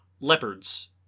leopards